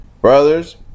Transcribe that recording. brothers